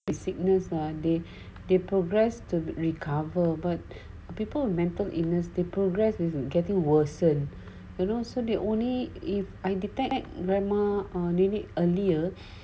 the signals they they progress to recover but people with mental illness they progress with getting worsen and also they only if I detect grandma or did it earlier